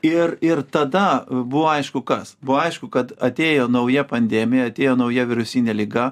ir ir tada buvo aišku kas buvo aišku kad atėjo nauja pandemija atėjo nauja virusinė liga